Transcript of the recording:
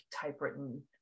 typewritten